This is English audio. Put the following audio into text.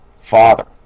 Father